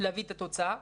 להביא לתוצאה.